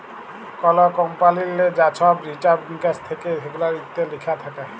call কমপালিললে যা ছহব হিছাব মিকাস থ্যাকে সেগুলান ইত্যে লিখা থ্যাকে